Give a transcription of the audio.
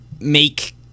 make